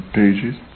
pages